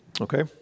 Okay